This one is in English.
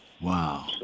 Wow